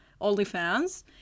OnlyFans